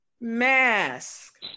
Mask